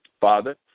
Father